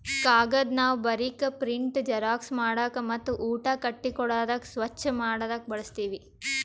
ಕಾಗದ್ ನಾವ್ ಬರೀಕ್, ಪ್ರಿಂಟ್, ಜೆರಾಕ್ಸ್ ಮಾಡಕ್ ಮತ್ತ್ ಊಟ ಕಟ್ಟಿ ಕೊಡಾದಕ್ ಸ್ವಚ್ಚ್ ಮಾಡದಕ್ ಬಳಸ್ತೀವಿ